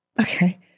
Okay